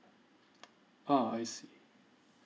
ah I see